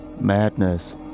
Madness